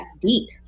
deep